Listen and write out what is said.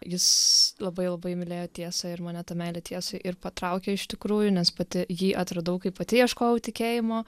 jis labai labai mylėjo tiesą ir mane ta meilė tiesai ir patraukė iš tikrųjų nes pati jį atradau kai pati ieškojau tikėjimo